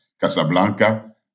Casablanca